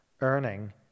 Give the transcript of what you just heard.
earning